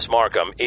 Markham